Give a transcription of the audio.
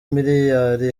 miliyari